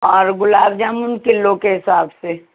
اور گلاب جامن کلو کے حساب سے